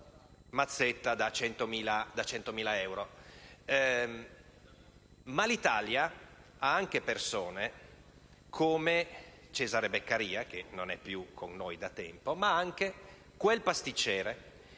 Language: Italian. mazzetta da 100.000 euro. L'Italia, però, ha anche persone come Cesare Beccaria - che non è più con noi da tempo - o come quel pasticcere